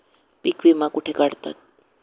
पीक विमा कुठे काढतात?